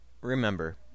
remember